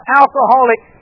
alcoholic